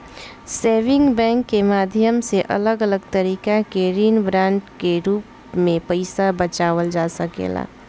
saving bank के माध्यम से अलग अलग तरीका के ऋण बांड के रूप में पईसा बचावल जा सकेला